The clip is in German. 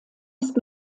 ist